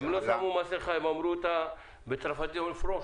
הם לא שמו מסכה, הם אמרו בצרפתית אומרים ---,